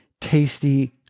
tasty